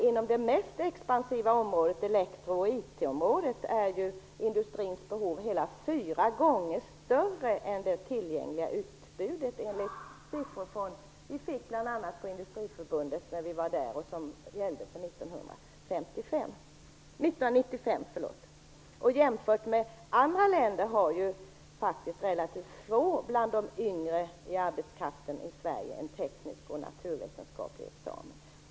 Inom det mest expansiva området, elektro och IT-området, är ju industrins behov hela fyra gånger större än det tillgängliga utbudet, enligt siffror som vi har fått från Industriförbundet och som gällde för 1995. Jämfört med i andra länder har ju relativt få bland de yngre av arbetskraften i Sverige en teknisk och naturvetenskaplig examen.